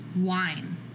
wine